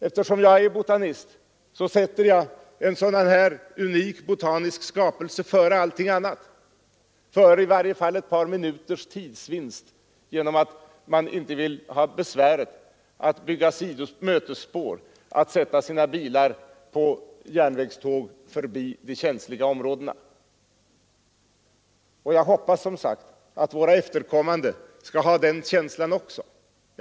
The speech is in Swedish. Eftersom jag är botanist sätter jag en sådan här unik botanisk skapelse före allting annat. I varje fall före ett par minuters tidsvinst, vilket är vad man kan uppnå då man inte vill göra sig besväret att bygga mötesspår och att ta sina bilar på tåg förbi de känsliga områdena. Jag hoppas att våra efterkommande också skall ha den känslan för de oersättliga naturvärden jag åsyftar.